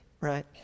right